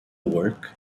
work